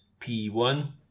P1